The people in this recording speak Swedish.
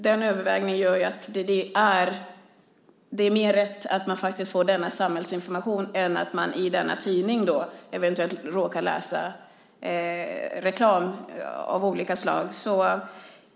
Den övervägning jag gör är att det är mer rätt att få denna samhällsinformation än att man i denna tidning eventuellt råkar läsa reklam av olika slag.